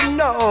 no